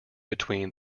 between